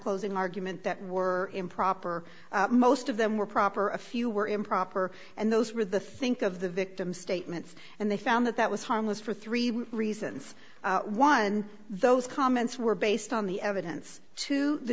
closing argument that were improper most of them were proper a few were improper and those were the think of the victim statements and they found that that was harmless for three reasons one those comments were based on the evidence to the